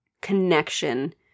connection